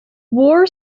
war